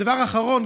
דבר אחרון,